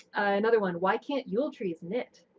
another one! why can't yule trees knit?